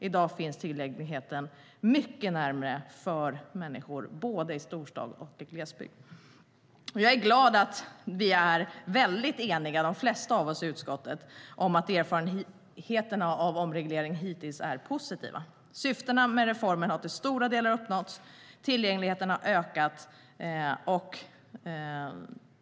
I dag finns tillgängligheten mycket närmare för människor både i storstad och i glesbygd. Jag är glad att de flesta av oss i utskottet är väldigt eniga om att erfarenheterna av omregleringen hittills är positiva. Syftena med reformen har till stora delar uppnåtts. Tillgängligheten har ökat.